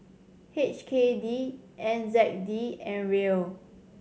H K D N Z D and Riel